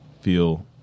feel